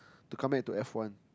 to come back to F one